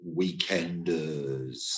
weekenders